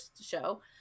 show